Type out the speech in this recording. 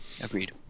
agreed